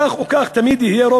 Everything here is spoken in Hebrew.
כך או כך תמיד יהיה רוב,